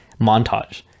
montage